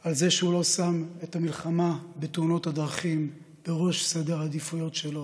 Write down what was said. על זה שהוא לא שם את המלחמה בתאונות הדרכים בראש סדר העדיפויות שלו,